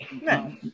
No